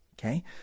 Okay